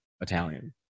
Italian